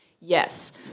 Yes